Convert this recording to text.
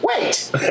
wait